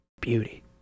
Beauty